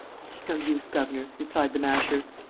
it's no use, governor, replied the masher.